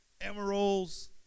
emeralds